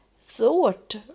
thought